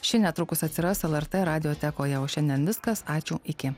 ši netrukus atsiras lrt radiotekoje o šiandien viskas ačiū iki